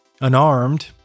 unarmed